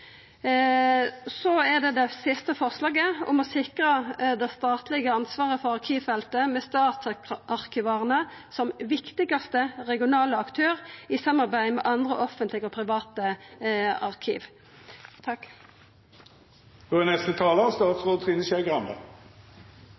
Så er det også det siste forslaget om å «sikre det statlige ansvaret for arkivfeltet med statsarkivene som viktigste regionale aktører i samarbeid med andre offentlige og private arkiv». Det er